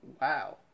Wow